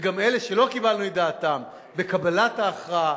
וגם אלה שלא קיבלנו את דעתם בקבלת ההכרעה,